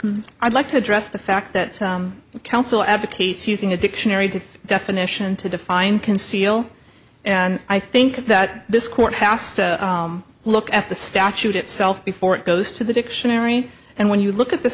much i'd like to address the fact that council advocates using a dictionary to definition to define conceal and i think that this court has look at the statute itself before it goes to the dictionary and when you look at the